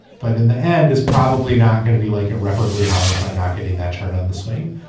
but in the end, it's probably not going to be like irreparably harmed by not getting that turn on the swing.